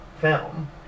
film